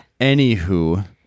anywho